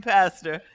Pastor